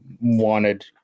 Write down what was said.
wanted